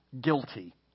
guilty